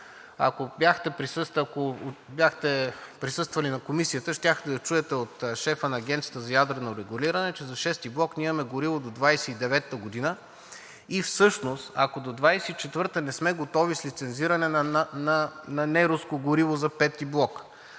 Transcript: Ако бяхте присъствали на Комисията, щяхте да чуете от шефа на Агенцията за ядрено регулиране, че за VI блок имаме гориво до 2029 г., и всъщност ако до 2024 г. не сме готови с лицензиране на неруско гориво за V блок,